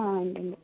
ആ ഉണ്ട് ഉണ്ട്